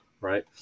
right